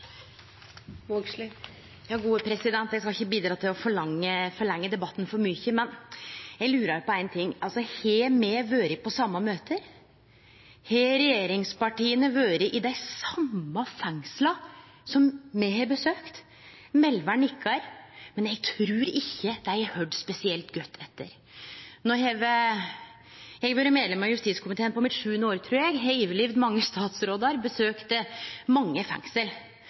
Eg skal ikkje bidra til å forlengje debatten for mykje, men eg lurer på éin ting: Har me vore på same møte? Har regjeringspartia vore i dei same fengsla som me har besøkt? Melvær nikkar, men eg trur ikkje dei har høyrt spesielt godt etter. No har eg vore medlem av justiskomiteen på sjuande året, trur eg, eg har overlevd mange statsrådar og har besøkt mange fengsel.